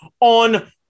on